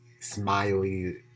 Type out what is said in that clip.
smiley